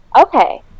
okay